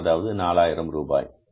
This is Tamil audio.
அது ரூபாய் 4000